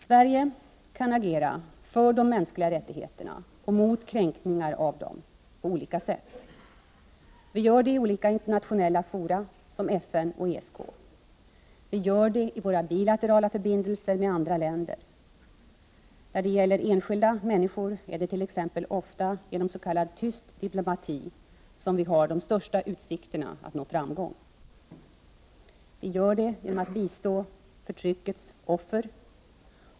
Sverige kan agera för de mänskliga rättigheterna och mot kränkningar av dem på olika sätt. Vi gör det i olika internationella fora, som inom FN och ESK. Vi gör det i våra bilaterala förbindelser med andra länder. När det gäller enskilda människor är det t.ex. ofta genom s.k. tyst diplomati som vi har de största utsikterna att nå framgång. Vi gör det genom att bistå förtryckets offer.